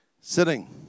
Sitting